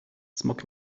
smok